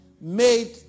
made